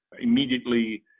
immediately